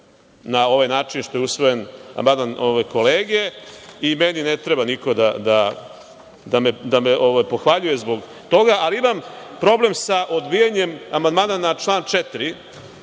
na ovaj način, jer je usvojen amandman kolege i ne treba niko da me hvali zbog toga, ali imam problem sa odbijanjem amandmana na član 4.